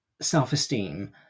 self-esteem